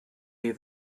you